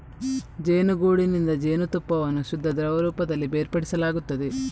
ಜೇನುಗೂಡಿನಿಂದ ಜೇನುತುಪ್ಪವನ್ನು ಶುದ್ಧ ದ್ರವ ರೂಪದಲ್ಲಿ ಬೇರ್ಪಡಿಸಲಾಗುತ್ತದೆ